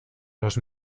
los